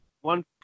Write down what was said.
One